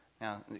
Now